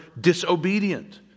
disobedient